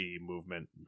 movement